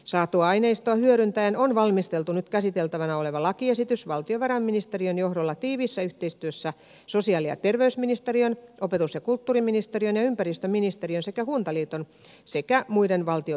saatua aineistoa hyödyntäen on valmisteltu nyt käsiteltävänä oleva lakiesitys valtiovarainministeriön johdolla tiiviissä yhteistyössä sosiaali ja terveysministeriön opetus ja kulttuuriministeriön ja ympäristöministeriön sekä kuntaliiton sekä muiden valtion virastojen kanssa